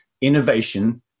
Innovation